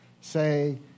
say